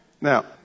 Now